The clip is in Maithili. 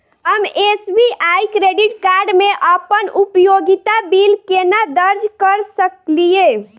हम एस.बी.आई क्रेडिट कार्ड मे अप्पन उपयोगिता बिल केना दर्ज करऽ सकलिये?